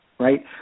Right